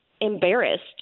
embarrassed